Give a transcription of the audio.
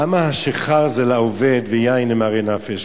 למה השיכר זה לאובד ויין למרי נפש?